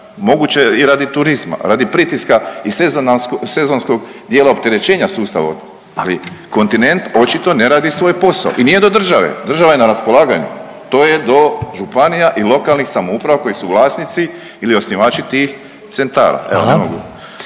Moguće i radi turizma, radi pritiska i sezonskog dijela opterećenja sustava, ali kontinent očito ne radi svoj posao. I nije do države, država je na raspolaganju. To je do županija i lokalnih samouprava koji su vlasnici ili osnivači tih centara.